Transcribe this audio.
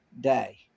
day